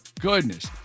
goodness